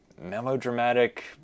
melodramatic